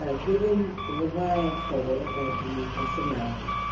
ah given the reliance hurdle that you have surmounted,